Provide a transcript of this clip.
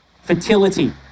Fertility